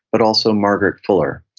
but also margaret fuller.